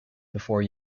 before